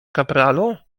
kapralu